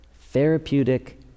therapeutic